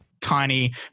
tiny